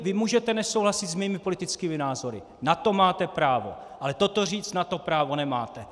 Vy můžete nesouhlasit s mými politickými názory, na to máte právo, ale toto říct, na to právo nemáte.